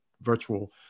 virtual